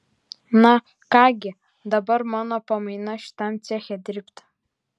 na ką gi dabar mano pamaina šitam ceche dirbti